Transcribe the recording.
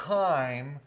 time